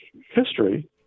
history